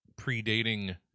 predating